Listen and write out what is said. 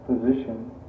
position